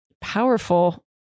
powerful